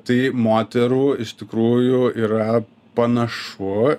tai moterų iš tikrųjų yra panašu